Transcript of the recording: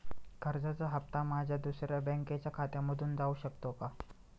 कर्जाचा हप्ता माझ्या दुसऱ्या बँकेच्या खात्यामधून जाऊ शकतो का?